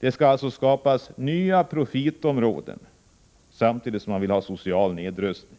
Det skall alltså skapas nya profitområden, samtidigt som man vill ha en social nedrustning.